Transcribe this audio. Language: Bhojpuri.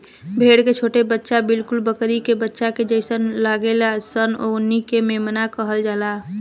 भेड़ के छोट बच्चा बिलकुल बकरी के बच्चा के जइसे लागेल सन ओकनी के मेमना कहल जाला